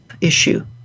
issue